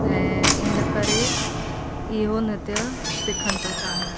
ऐं हिन करे इहो नृत्य सिखण था चाहीनि